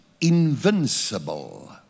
invincible